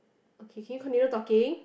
okay can you continue talking